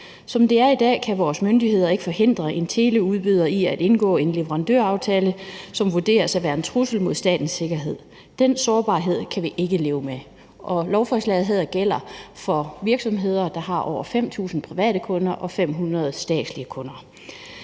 Som det er i dag, kan vores myndigheder ikke forhindre en teleudbyder i at indgå en leverandøraftale, som vurderes at være en trussel mod statens sikkerhed. Den sårbarhed kan vi ikke leve med. Lovforslaget her gælder for virksomheder, der har over 5.000 private kunder og 500 statslige kunder.